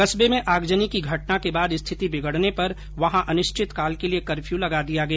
कस्बे में आगजनी की घटना के बाद स्थिति बिगड़ने पर वहां अनिश्चितकाल के लिए कर्फ्यू लगा दिया गया